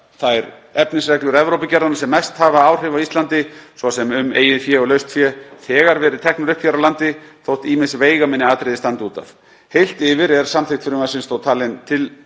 hafa þær efnisreglur Evrópugerðanna sem mest áhrif hafa á Íslandi, svo sem um eigið fé og laust fé, þegar verið teknar upp hér á landi, þótt ýmis veigaminni atriði standi út af. Heilt yfir er samþykkt frumvarpsins þó talin til